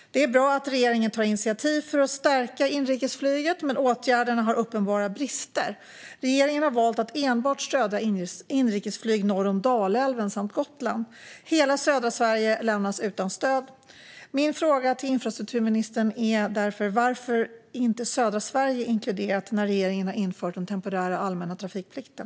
Det är bra att regeringen tar initiativ för att stärka inrikesflyget, men åtgärderna har uppenbara brister. Regeringen har valt att enbart stödja inrikesflyget norr om Dalälven samt på Gotland. Hela södra Sverige lämnas utan stöd. Min fråga till infrastrukturministern är därför varför södra Sverige inte inkluderades när regeringen införde den temporära allmänna trafikplikten.